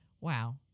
Wow